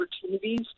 opportunities